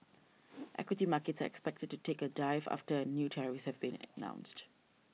equity markets are expected to take a dive after a new tariffs have been announced